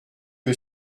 que